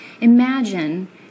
imagine